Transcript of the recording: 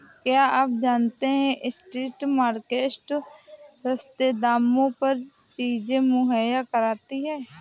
क्या आप जानते है स्ट्रीट मार्केट्स सस्ते दामों पर चीजें मुहैया कराती हैं?